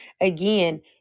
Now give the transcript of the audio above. again